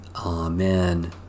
Amen